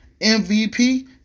MVP